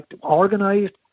organized